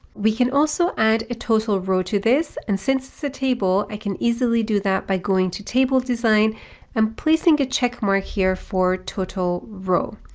we can also add a total row to this and since it's a table, i can easily do that by going to table design and placing a check mark here for total row.